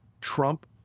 Trump